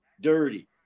dirty